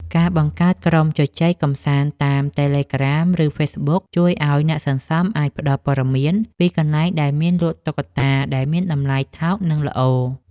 ការបង្កើតក្រុមជជែកកម្សាន្តតាម តេឡេក្រាម ឬហ្វេសប៊ុក ជួយឱ្យអ្នកសន្សំអាចផ្ដល់ព័ត៌មានពីកន្លែងដែលមានលក់តុក្កតាដែលមានតម្លៃថោកនិងល្អ។